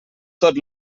tot